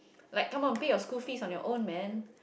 like come on pay your school fees on your own man